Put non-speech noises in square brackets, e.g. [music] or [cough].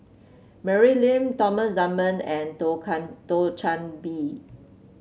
Mary Lim Thomas Dunman and [unintelligible] Thio Chan Bee